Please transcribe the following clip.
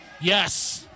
Yes